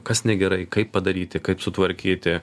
kas negerai kaip padaryti kaip sutvarkyti